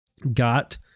got